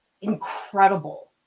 incredible